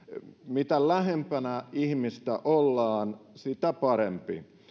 mitä lähempänä ihmistä ollaan sitä parempi